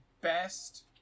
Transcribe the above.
best